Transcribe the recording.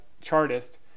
chartist